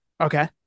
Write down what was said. Okay